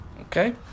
Okay